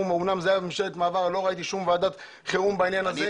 אמנם זאת הייתה ממשלת מעבר אבל לא ראיתי ועדת חירום בעניין הזה.